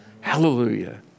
Hallelujah